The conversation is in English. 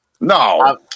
No